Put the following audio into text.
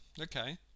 Okay